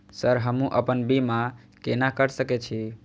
Sir हमू अपना बीमा केना कर सके छी?